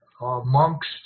monks